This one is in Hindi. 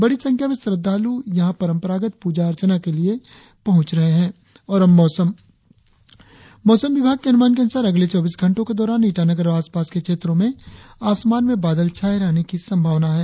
बड़ी संख्या में श्रद्धाल् यहाँ परंपरागत प्रजा अर्चना के लिए पहुंच रहे है और अब मौसम मौसम विभाग के अनुमान के अनुसार अगले चौबीस घंटो के दौरान ईटानगर और आसपास के क्षेत्रो में आसमान में बादल छाये रहने की संभावना है